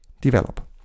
develop